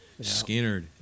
Skinner